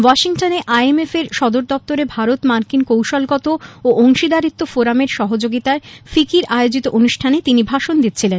ওয়াশিংটনে আইএমএফ এর সদর দপ্তরে ভারত মার্কিন কৌশলগত ও অংশীদারিত্ব ফোরামের সহযোগিতায় ফিকির আয়োজিত অনুষ্ঠানে তিনি ভাষণ দিচ্ছিলেন